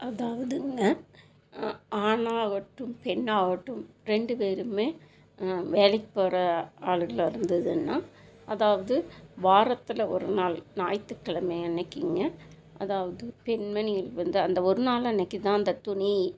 அதாவதுங்க அ ஆணாகட்டும் பெண்ணாகட்டும் ரெண்டு பேருமே வேலைக்கு போகிற ஆளுங்களாக இருந்ததுன்னா அதாவது வாரத்தில் ஒரு நாள் ஞாயிற்றுக் கிழமை அன்னைக்கிங்க அதாவது பெண்மணிகள் வந்து அந்த ஒரு நாள் அன்னைக்குத் தான் அந்த துணி